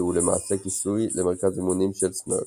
שהוא למעשה כיסוי למרכז אימונים של "סמרש".